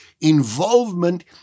involvement